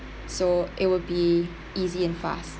so it will be easy and fast